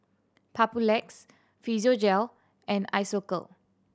Papulex Physiogel and Isocal